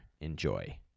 Enjoy